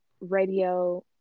radio